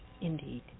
Indeed